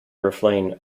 refrain